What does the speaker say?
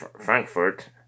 Frankfurt